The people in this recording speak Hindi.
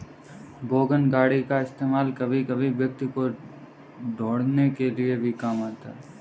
वोगन गाड़ी का इस्तेमाल कभी कभी व्यक्ति को ढ़ोने के लिए भी काम आता है